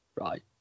right